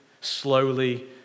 slowly